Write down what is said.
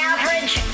Average